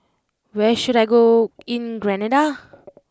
where should I go in Grenada